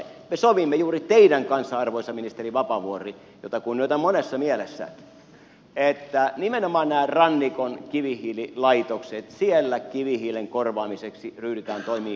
me sovimme juuri teidän kanssanne arvoisa ministeri vapaavuori jota kunnioitan monessa mielessä että nimenomaan näissä rannikon kivihiililaitoksissa kivihiilen korvaamiseksi ryhdytään toimiin